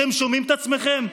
אתם שומעים את עצמכם?